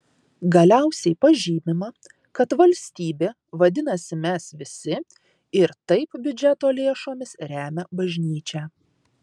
galiausiai pažymima kad valstybė vadinasi mes visi ir taip biudžeto lėšomis remia bažnyčią